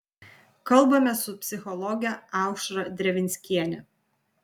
kalbamės su psichologe aušra drevinskiene